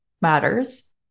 matters